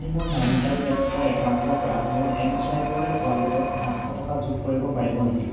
আপুনি মোৰ নাইনিটাল বেংকৰ একাউণ্টৰ পৰা মোৰ এম চুৱাইপৰ ৱালেটত সাতশ টকা যোগ কৰিব পাৰিব নেকি